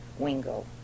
Wingo